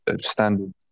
standard